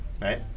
Right